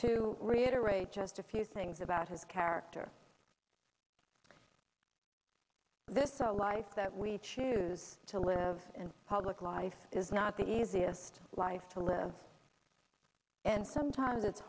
to reiterate just a few things about his character this the life that we choose to live in public life is not the easiest life to live and sometimes it's